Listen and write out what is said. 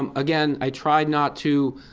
um again, i try not to